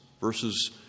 versus